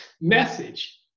message